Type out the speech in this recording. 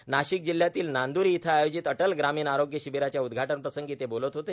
नार्ाशक जिल्ह्यातील नांद्रां इथं आयोजित अटल ग्रामीण आरोग्य र्शाबराच्या उद्घाटन प्रसंगी ते बोलत होते